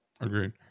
Agreed